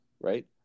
right